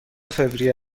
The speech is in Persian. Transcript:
فوریه